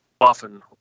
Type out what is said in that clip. often